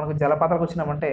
మనం జలపాతాలకు వచ్చినామంటే